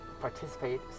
participate